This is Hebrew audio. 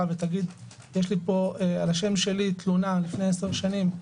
ותגיד: יש פה על השם שלי תלונה לפני עשר שנים,